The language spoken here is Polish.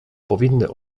powinny